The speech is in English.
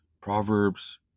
Proverbs